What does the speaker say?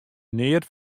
neat